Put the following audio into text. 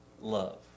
love